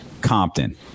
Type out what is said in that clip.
Compton